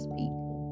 people